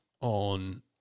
on